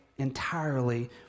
entirely